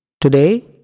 Today